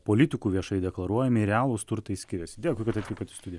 politikų viešai deklaruojami ir realūs turtai skiriasi dėkui kad atvykot į studiją